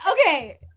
okay